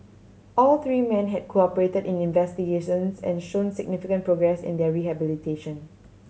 all three men had cooperated in investigations and shown significant progress in their rehabilitation